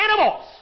animals